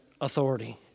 authority